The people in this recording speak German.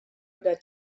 oder